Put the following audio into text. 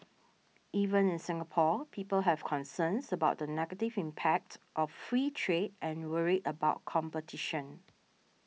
even in Singapore people have concerns about the negative impact of free trade and worry about competition